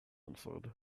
answered